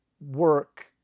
work